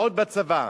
ועוד בצבא.